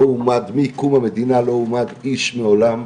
שמקום המדינה לא הועמד איש מעולם,